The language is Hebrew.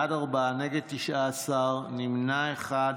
בעד, ארבעה, נגד, 19, נמנע אחד.